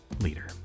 leader